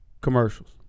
Commercials